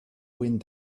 wind